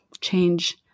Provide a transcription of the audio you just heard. change